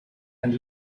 and